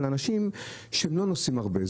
זה פגע באנשים שלא נוסעים הרבה.